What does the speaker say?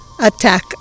attack